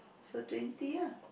so twenty ah